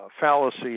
fallacy